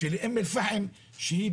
ולאום-אל-פאחם אין